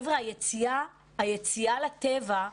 היציאה לטבע,